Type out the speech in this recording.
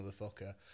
motherfucker